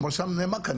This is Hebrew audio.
כמו שנאמר כאן,